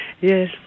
yes